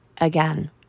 Again